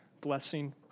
blessing